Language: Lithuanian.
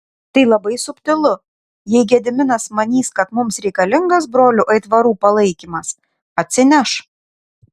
tai labai subtilu jei gediminas manys kad mums reikalingas brolių aitvarų palaikymas atsineš